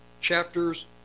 chapters